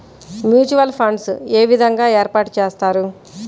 Mutual funds ఏ విధంగా ఏర్పాటు చేస్తారు?